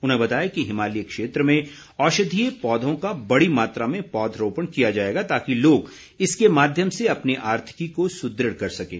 उन्होंने बताया कि हिमालयी क्षेत्र में औषधीय पौधों का बड़ी मात्रा में पौधरोपण किया जाएगा ताकि लोग इसके माध्यम से अपनी आर्थिकी को सुदृढ़ कर सकें